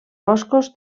boscos